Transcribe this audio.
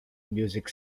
music